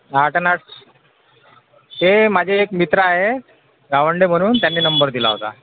आठ आणि आठ ते माझे एक मित्र आहे गावंडे म्हणून त्यांनी नंबर दिला होता